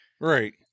Right